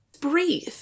breathe